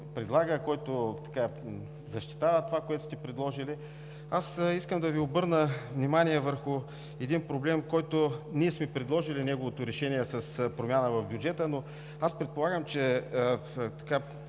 който защитава това, което сте предложили. Аз искам да Ви обърна внимание върху един проблем, на който сме предложили решение с промяна в бюджета, но предполагам, че